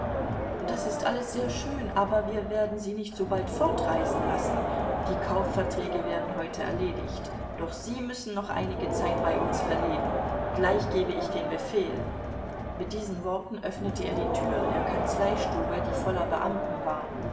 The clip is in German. das ist alles sehr schön aber wir werden sie nicht so bald fortreisen lassen die kaufverträge werden heute erledigt doch sie müssen noch einige zeit bei uns verleben gleich gebe ich den befehl mit diesen worten öffnete er die türe der kanzleistube die voller beamten war